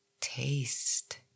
taste